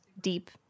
deep